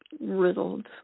riddled